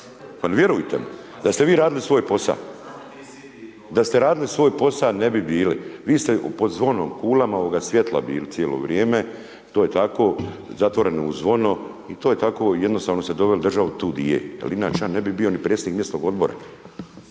Pa ne vjerujte mi da ste vi radili svoj posao, da ste radili svoj posao, ne bi bili. Vi ste pod zonom kulama ovoga svijetla bili cijelo vrijeme. To je tako zatvoreno zvono i to je tako i jednostavno ste doveli državu tu di je. Jer inače ja ne bi bio ni predsjednik mjesnog odbora.